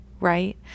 right